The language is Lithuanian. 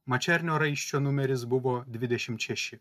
mačernio raiščio numeris buvo dvidešimt šeši